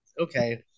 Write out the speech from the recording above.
Okay